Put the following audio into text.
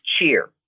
cheer